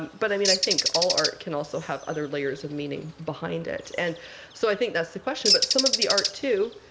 but i mean, i think all art can also have other layers of meaning behind it. and so i think that's the question. but some of the art, too,